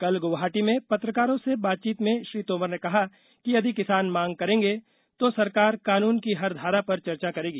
कल गुवाहाटी में पत्रकारों से बातचीत में श्री तोमर ने कहा कि यदि किसान मांग करेंगे तो सरकार कानून की हर धारा पर चर्चा करेगी